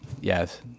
yes